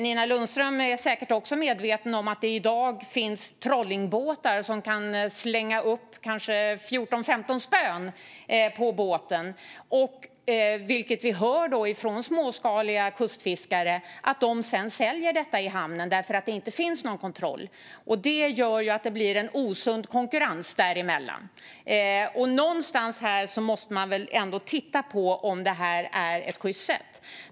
Nina Lundström är säkert också medveten om att det i dag finns trollingbåtar som kan slänga upp kanske 14-15 spön på båten. Och vi hör från småskaliga kustfiskare att fisken sedan säljs i hamnen för att det inte finns någon kontroll. Det gör att det blir en osund konkurrens. Någonstans måste man väl ändå titta på om det här är sjyst.